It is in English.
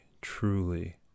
truly